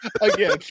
again